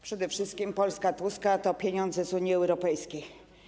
Przede wszystkim Polska Tuska to pieniądze z Unii Europejskiej.